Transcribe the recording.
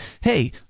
Hey